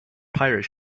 pirate